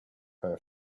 her